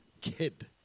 kid